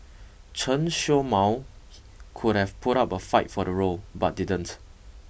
Chen Show Mao could have put up a fight for the role but didn't